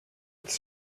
its